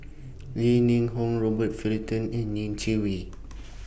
Li Ning Hong Robert Fullerton and Ning Chi Wei